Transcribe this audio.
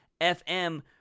FM